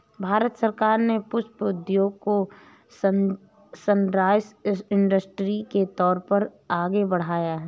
भारत सरकार ने पुष्प उद्योग को सनराइज इंडस्ट्री के तौर पर आगे बढ़ाया है